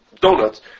donuts